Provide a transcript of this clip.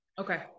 Okay